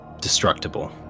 Destructible